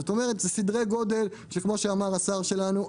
זאת אומרת: כמו שאמר השר שלנו,